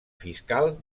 fiscal